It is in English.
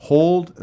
Hold